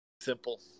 Simple